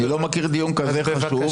אני לא מכיר דיון כזה חשוב,